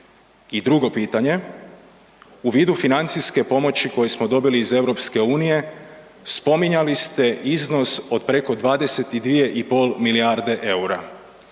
I drugo pitanje, u vidu financijske pomoći koju smo dobili iz EU spominjali ste iznos od preko 22,5 milijarde EUR-a